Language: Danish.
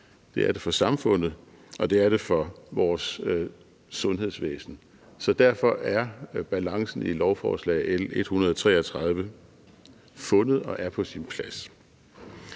det er det for samfundet, og det er det for vores sundhedsvæsen. Så derfor er balancen i lovforslag L 133 fundet og er på sin plads.